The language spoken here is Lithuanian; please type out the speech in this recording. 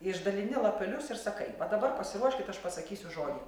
išdalini lapelius ir sakai va dabar pasiruoškit aš pasakysiu žodį